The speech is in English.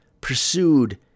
pursued